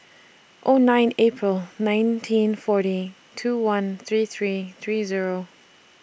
O nine April nineteen forty two one three three three Zero